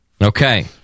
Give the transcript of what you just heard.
Okay